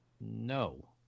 No